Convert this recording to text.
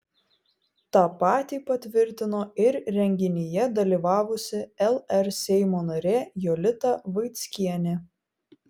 tą patį patvirtino ir renginyje dalyvavusi lr seimo narė jolita vaickienė